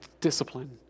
discipline